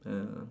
ah